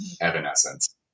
evanescence